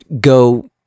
go